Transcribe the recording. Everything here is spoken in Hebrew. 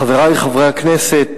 חברי חברי הכנסת,